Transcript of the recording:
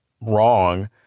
wrong